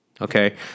Okay